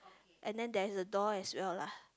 and then there is a door as well lah